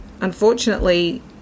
unfortunately